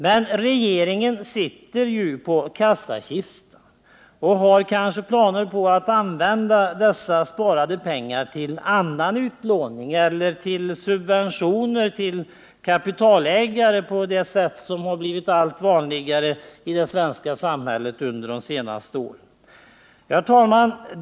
Men regeringen sitter på kassakistan och har kanske planer på att använda dessa sparade pengar till annan utlåning eller till subventioner till kapitalägare på det sätt som har blivit allt vanligare i det svenska samhället under de senaste åren. Herr talman!